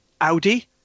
Audi